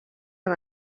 han